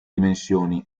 dimensioni